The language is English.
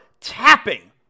tapping